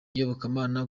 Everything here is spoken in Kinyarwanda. iyobokamana